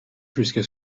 jusqu’à